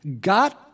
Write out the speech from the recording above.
God